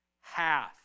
Half